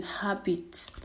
habit